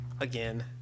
again